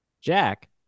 Jack